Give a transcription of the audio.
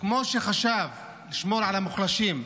כמו שחשב לשמור על מוחלשים,